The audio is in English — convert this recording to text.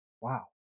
Wow